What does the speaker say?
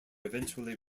eventually